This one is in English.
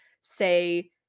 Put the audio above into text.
say